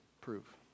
prove